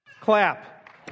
Clap